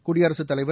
குடியரசுத் தலைவர்